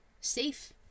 Safe